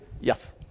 Yes